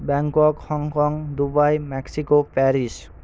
Bangkok Hong Kong Dubai Mexico Paris